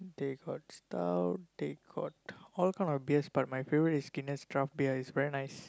they got stout they got all kind of beers but my favourite is Guinness draft beer it's very nice